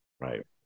Right